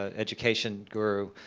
ah education guru,